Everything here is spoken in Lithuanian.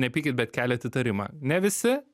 nepykit bet keliat įtarimą ne visi